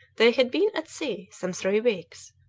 they had been at sea some three weeks,